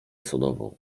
sodową